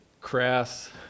crass